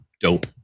dope